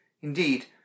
Indeed